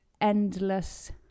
endless